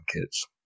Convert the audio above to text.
kids